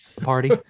party